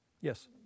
Yes